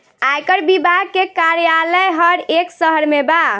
आयकर विभाग के कार्यालय हर एक शहर में बा